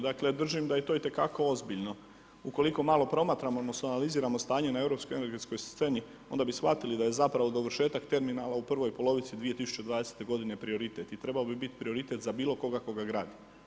Dakle držim da je to itekako ozbiljno ukoliko malo promatramo odnosno analiziramo na europskoj energetskoj sceni, onda bi shvatili da je zapravo dovršetak terminala u prvoj polovici 2020. g. prioritet i trebao bi biti prioritet za bilokoga tko ga gradi.